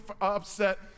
upset